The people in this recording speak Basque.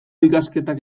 ikasketak